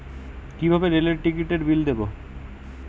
কিভাবে রেলের টিকিটের বিল দেবো?